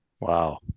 wow